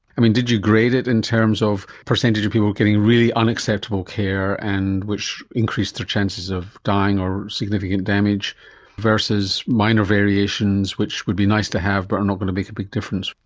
i mean, did you grade it in terms of percentage of people getting really unacceptable care and which increased their chances of dying or significant damage versus minor variations which would be nice to have but are not going to make a big difference?